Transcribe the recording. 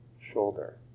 shoulder